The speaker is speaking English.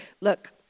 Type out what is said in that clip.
Look